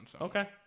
Okay